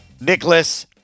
Nicholas